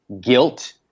guilt